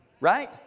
right